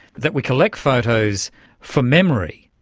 that we collect photos for memory,